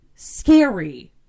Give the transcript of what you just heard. scary